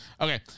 Okay